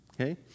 okay